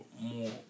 more